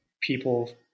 people